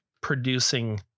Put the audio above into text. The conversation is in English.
producing